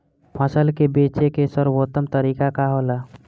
फसल के बेचे के सर्वोत्तम तरीका का होला?